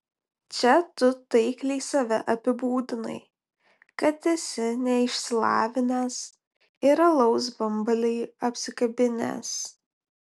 čia tu taikliai save apibūdinai kad esi neišsilavinęs ir alaus bambalį apsikabinęs